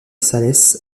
sales